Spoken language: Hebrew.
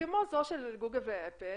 כמו זו של גוגל ואפל